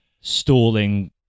stalling